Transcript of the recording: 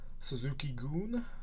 Suzuki-Goon